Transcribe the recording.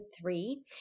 three